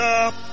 up